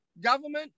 government